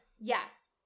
yes